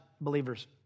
believers